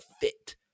fit